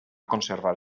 conservar